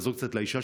ולעזור קצת לאישה,